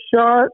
shot